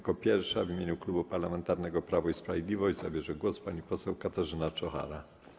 Jako pierwsza w imieniu Klubu Parlamentarnego Prawo i Sprawiedliwość zabierze głos pani poseł Katarzyna Czochara.